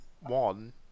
one